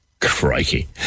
Crikey